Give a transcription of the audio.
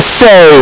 say